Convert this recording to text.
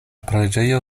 preĝejo